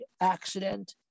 accident